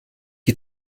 die